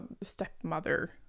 stepmother